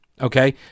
okay